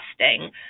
testing